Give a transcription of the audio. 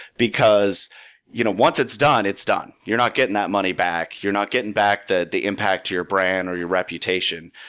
because you know once it's done, it's done. you're not getting that money back. you're not getting back the the impact to your brand, or your reputation.